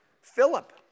Philip